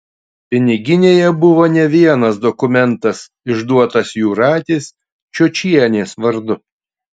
piniginėje buvo ne vienas dokumentas išduotas jūratės čiočienės vardu